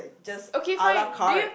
okay fine do you